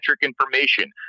information